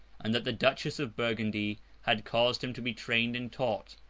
and that the duchess of burgundy had caused him to be trained and taught,